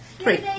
three